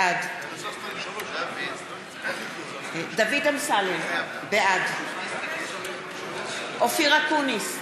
בעד דוד אמסלם, בעד אופיר אקוניס,